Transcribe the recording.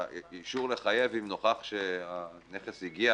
בעניין האישור לחייב אם נוכח שהנכס הגיע